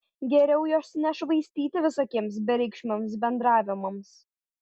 geriau jos nešvaistyti visokiems bereikšmiams bendravimams